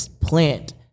plant